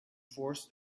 force